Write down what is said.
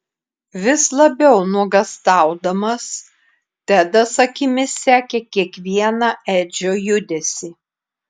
vis labiau nuogąstaudamas tedas akimis sekė kiekvieną edžio judesį